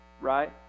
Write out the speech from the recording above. right